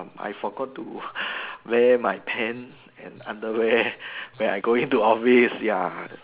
I forgot to wear my pant and underwear when I going to office ya